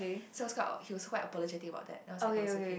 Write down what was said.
so he was quite he was quite apologetic about that then I was like no it's okay